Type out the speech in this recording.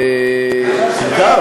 זה לא נכון.